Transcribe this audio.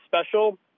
special